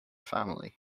family